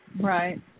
Right